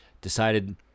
decided